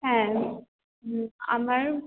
হ্যাঁ আমার